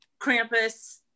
Krampus